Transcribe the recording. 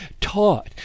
taught